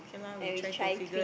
and we try to